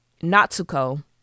Natsuko